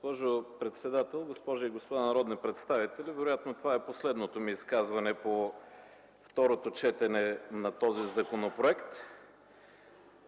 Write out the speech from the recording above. Госпожо председател, госпожи и господа народни представители! Вероятно това е последното ми изказване по второто четене на този законопроект.